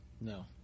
No